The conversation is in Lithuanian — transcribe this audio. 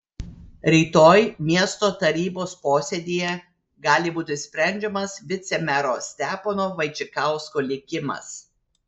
rytoj miesto tarybos posėdyje gali būti sprendžiamas vicemero stepono vaičikausko likimas